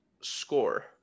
score